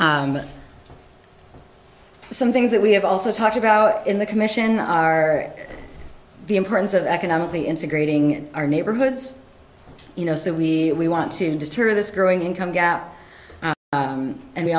some things that we have also talked about in the commission are the importance of economically integrated in our neighborhoods you know so we want to deter this growing income gap and we